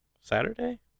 Saturday